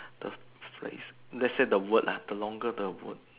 the phrase let's say the word lah the longer the word